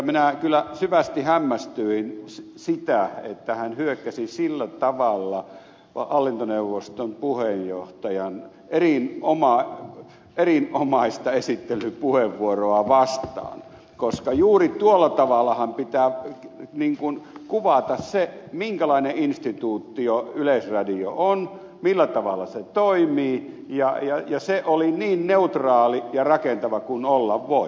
minä kyllä syvästi hämmästyin sitä että hän hyökkäsi sillä tavalla hallintoneuvoston puheenjohtajan erinomaista esittelypuheenvuoroa vastaan koska juuri tuolla tavallahan pitää kuvata se minkälainen instituutio yleisradio on millä tavalla se toimii ja se oli niin neutraali ja rakentava kuin olla voi